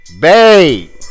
Babe